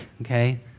okay